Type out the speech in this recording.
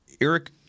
Eric